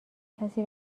کسی